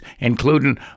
including